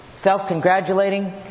self-congratulating